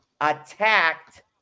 attacked